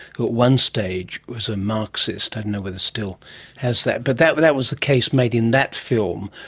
who at one stage was a marxist, i don't know whether it still has that, but that but that was the case made in that film,